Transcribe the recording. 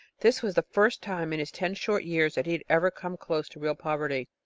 this was the first time in his ten short years that he had ever come close to real poverty.